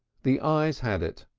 the ayes had it,